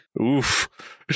oof